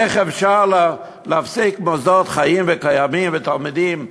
איך אפשר להפסיק מוסדות חיים וקיימים ותלמידים,